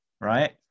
right